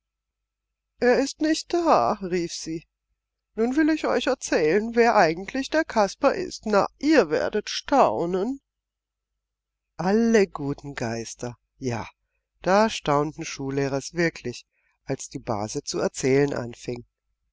er ist nicht da rief sie nun will ich euch erzählen wer eigentlich der kasper ist na ihr werdet staunen alle guten geister ja da staunten schullehrers wirklich als die base zu erzählen anfing